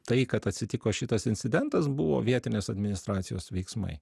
tai kad atsitiko šitas incidentas buvo vietinės administracijos veiksmai